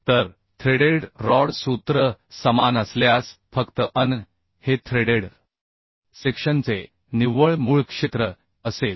तर threaded rod सूत्र समान असल्यास फक्त An हे थ्रेडेड सेक्शनचे निव्वळ मूळ क्षेत्र असेल